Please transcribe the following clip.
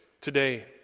today